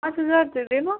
पाँच हज़ार दे देना